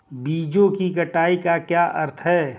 बीजों की कटाई का क्या अर्थ है?